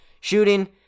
shooting